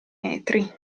metri